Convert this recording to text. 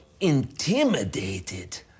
intimidated